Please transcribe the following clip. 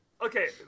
Okay